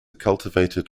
cultivated